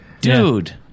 Dude